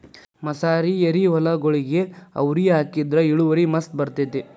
ಮಸಾರಿ ಎರಿಹೊಲಗೊಳಿಗೆ ಅವ್ರಿ ಹಾಕಿದ್ರ ಇಳುವರಿ ಮಸ್ತ್ ಬರ್ತೈತಿ